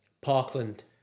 Parkland